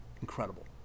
incredible